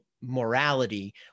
morality